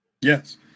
Yes